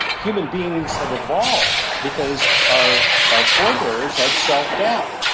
human beings have evolved because our our forebearers had self-doubt.